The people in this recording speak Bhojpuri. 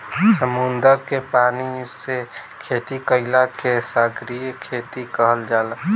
समुंदर के पानी से खेती कईला के सागरीय खेती कहल जाला